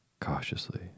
cautiously